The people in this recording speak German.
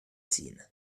ziehen